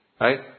right